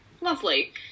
Lovely